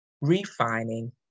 refining